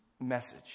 message